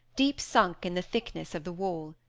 deep sunk in the thickness of the wall.